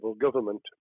government